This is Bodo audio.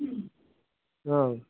औ